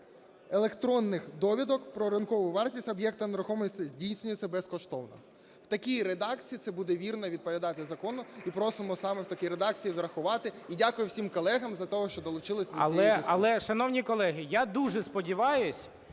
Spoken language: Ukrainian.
електронних довідок про ринкову вартість об'єкта нерухомості здійснюється безкоштовно". У такій редакції це буде вірно відповідати закону і просимо саме в такій редакції врахувати. І дякуємо всім колегам за те, що долучились до цієї дискусії. ГОЛОВУЮЧИЙ. Але, шановні колеги, я дуже сподіваюсь,